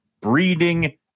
breeding